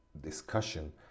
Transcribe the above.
discussion